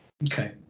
Okay